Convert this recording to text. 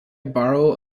borrow